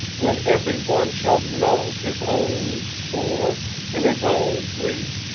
when every one shall know his own sore and his own grief,